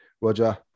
Roger